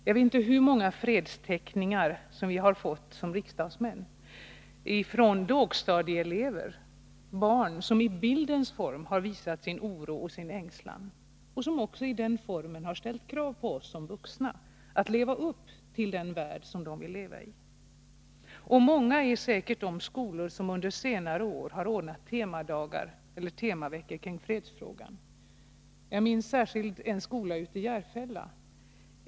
Jag vet inte hur många fredsteckningar som vi riksdagsmän har fått från lågstadieelever, som i bildens form har visat sin oro och sin ängslan. De ställer i den formen krav på oss vuxna att skapa en sådan värld som de vill leva i. Många är säkert de skolor som under senare år har ordnat temadagar eller temaveckor kring fredsfrågan. Jag minns särskilt en skola i Järfälla.